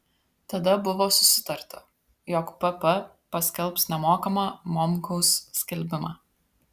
tada buvo susitarta jog pp paskelbs nemokamą momkaus skelbimą